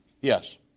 Yes